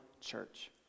church